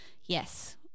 yes